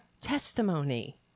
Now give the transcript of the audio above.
testimony